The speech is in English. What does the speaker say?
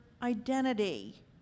identity